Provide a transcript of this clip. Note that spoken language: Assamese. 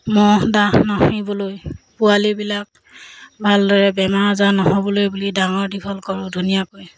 মহ ডাঁহ নাহিবলৈ পোৱালিবিলাক ভালদৰে বেমাৰ আজাৰ নহ'বলৈ বুলি ডাঙৰ দীঘল কৰোঁ ধুনীয়াকৈ